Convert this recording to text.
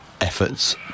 efforts